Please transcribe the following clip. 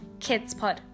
kidspod